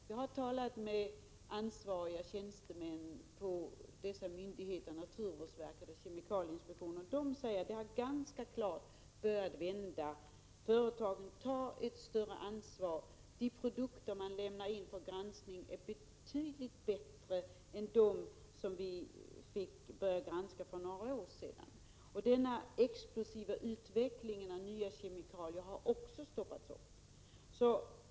Det säger ansvariga tjänstemän på naturvårdsverket och kemikalieinspektionen som vi har talat med. Företagen tar ett större ansvar. De produkter man lämnar in för granskning är betydligt bättre än de vi fick börja granska för några år sedan. Den explosiva utvecklingen av nya kemikalier har också stoppats.